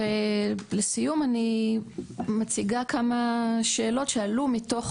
לסיום אני מציגה כמה שאלות שעלו מתוך